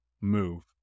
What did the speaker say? move